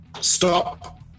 stop